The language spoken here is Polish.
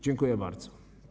Dziękuję bardzo.